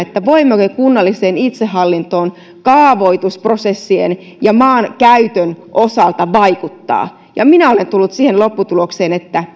voimmeko kunnalliseen itsehallintoon kaavoitusprosessien ja maankäytön osalta vaikuttaa niin minä olen tullut siihen lopputulokseen että